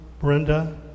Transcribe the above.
Brenda